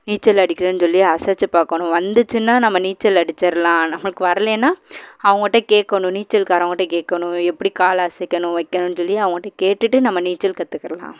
நீச்சல் அடிக்கிறேன்னு சொல்லி அசைச்சி பார்க்கணும் வந்துச்சுன்னா நம்ம நீச்சல் அடிச்சிடலாம் நமக்கு வரலேன்னால் அவங்கள்ட்ட கேட்கணும் நீச்சல்காரவங்கக்கிட்டே கேட்கணும் எப்படி கால் அசைக்கணும் வைக்கணும்னு சொல்லி அவங்கள்ட்ட கேட்டுவிட்டு நம்ம நீச்சல் கற்றுக்கிறலாம்